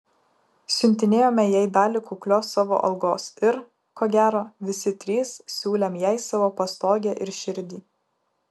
siuntinėjome jai dalį kuklios savo algos ir ko gero visi trys siūlėm jai savo pastogę ir širdį